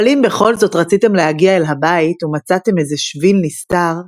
אבל אם בכל זאת רציתם להגיע אל הבית ומצאתם איזה שביל נסתר,